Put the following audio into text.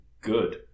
good